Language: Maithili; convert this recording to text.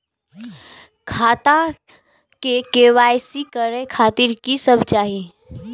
खाता के के.वाई.सी करे खातिर की सब चाही?